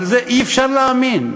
לזה אי-אפשר להאמין,